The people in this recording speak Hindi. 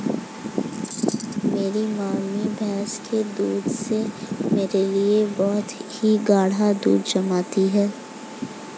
मेरी मम्मी भैंस के दूध से मेरे लिए बहुत ही गाड़ा दही जमाती है